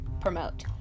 promote